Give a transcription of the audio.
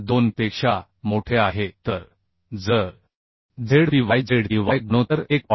2 पेक्षा मोठे आहे तर जर z p y z e y गुणोत्तर 1